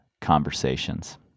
conversations